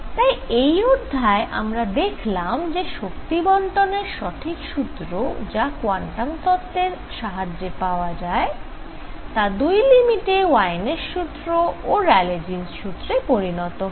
তাই এই অধ্যায়ে আমরা দেখলাম যে শক্তি বণ্টনের সঠিক সূত্র যা কোয়ান্টাম তত্ত্বের সাহায্যে পাওয়া যায় তা দুই লিমিটে ওয়েইনের সূত্র ও র্যালে জীন্স সূত্রে পরিণত হয়